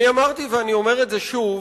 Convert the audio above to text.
אמרתי, ואומר את זה שוב,